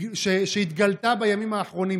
שהתגלתה בימים האחרונים,